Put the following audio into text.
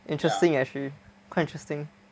interesting actually quite interesting